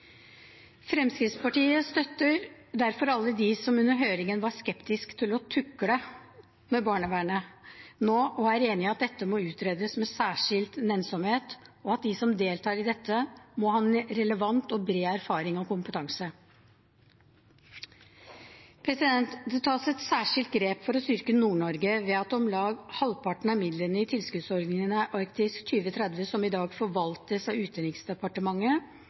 Fremskrittspartiet støtter derfor alle dem som under høringen var skeptiske til å «tukle» med barnevernet nå, og er enig i at dette må utredes med særskilt nennsomhet, og at de som deltar i dette, må ha relevant og bred erfaring og kompetanse. Det tas et særskilt grep for å styrke Nord-Norge, ved at om lag halvparten av midlene i tilskuddsordningene og Arktis 2030, som i dag forvaltes av Utenriksdepartementet,